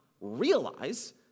realize